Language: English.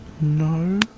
no